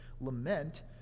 Lament